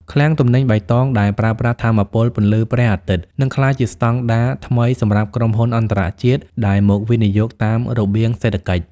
ឃ្លាំងទំនិញបៃតងដែលប្រើប្រាស់ថាមពលពន្លឺព្រះអាទិត្យ នឹងក្លាយជាស្តង់ដារថ្មីសម្រាប់ក្រុមហ៊ុនអន្តរជាតិដែលមកវិនិយោគតាមរបៀងសេដ្ឋកិច្ច។